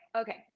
okay